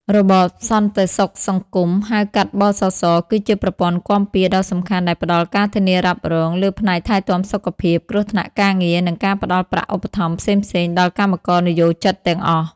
របបសន្តិសុខសង្គម ហៅកាត់ (ប.ស.ស) គឺជាប្រព័ន្ធគាំពារដ៏សំខាន់ដែលផ្តល់ការធានារ៉ាប់រងលើផ្នែកថែទាំសុខភាព គ្រោះថ្នាក់ការងារ និងការផ្តល់ប្រាក់ឧបត្ថម្ភផ្សេងៗដល់កម្មករនិយោជិតទាំងអស់។